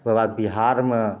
ओकर बाद बिहारमे